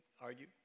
argue